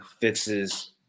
fixes